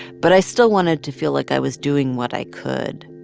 but i still wanted to feel like i was doing what i could.